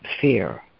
fear